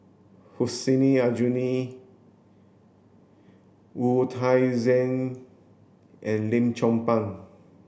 Hussein Aljunied Wu Tsai Yen and Lim Chong Pang